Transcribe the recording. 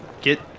get